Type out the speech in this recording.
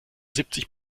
siebzig